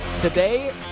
today